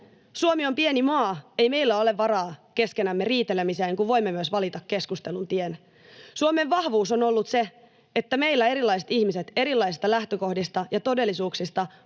Suomi on pieni maa. Ei meillä ole varaa keskenämme riitelemiseen, kun voimme myös valita keskustelun tien. Suomen vahvuus on ollut se, että meillä erilaiset ihmiset erilaisista lähtökohdista ja todellisuuksista